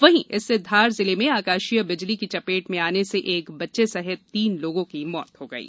वहीं इससे धार जिले में आकाशीय बिजली की चपेट में आने से एक बच्चे सहित तीन लोगों की मौत हो गयी